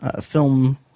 film